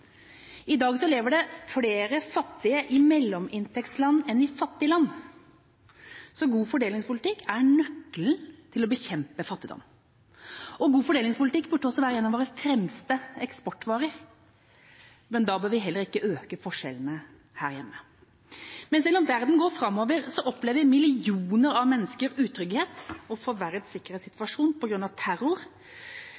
I dag lever det flere fattige i mellominntektsland enn i fattige land, så god fordelingspolitikk er nøkkelen til å bekjempe fattigdom. God fordelingspolitikk burde også være en av våre fremste eksportvarer, men da bør vi heller ikke øke forskjellene her hjemme. Men selv om verden går framover, opplever millioner av mennesker utrygghet og forverret sikkerhetssituasjon på grunn av terror,